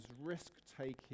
risk-taking